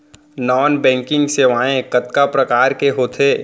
non banking सेवाएं कतका प्रकार के होथे